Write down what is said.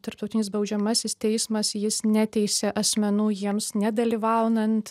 tarptautinis baudžiamasis teismas jis neteisia asmenų jiems nedalyvaunant